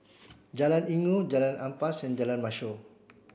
Jalan Inggu Jalan Ampas and Jalan Mashor